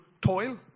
toil